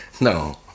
No